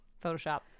Photoshop